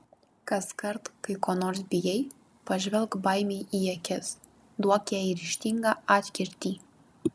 kaskart kai ko nors bijai pažvelk baimei į akis duok jai ryžtingą atkirtį